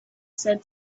said